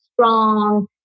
strong